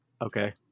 Okay